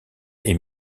est